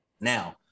Now